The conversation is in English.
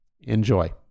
Enjoy